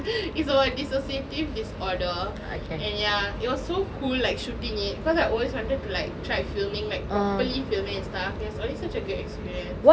is about dissociative disorder and ya it was so cool like shooting it because I always wanted to like try filming like properly filming and stuff it was honestly such a good experience